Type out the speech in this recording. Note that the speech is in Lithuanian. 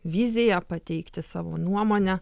viziją pateikti savo nuomonę